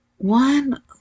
One